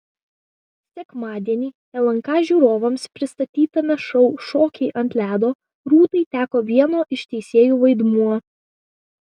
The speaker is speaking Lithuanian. sekmadienį lnk žiūrovams pristatytame šou šokiai ant ledo rūtai teko vieno iš teisėjų vaidmuo